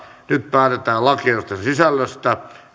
nyt päätetään lakiehdotusten sisällöstä